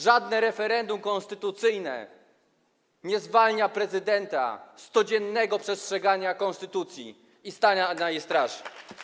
Żadne referendum konstytucyjne nie zwalnia prezydenta z codziennego przestrzegania konstytucji i stania na jej straży.